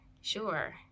sure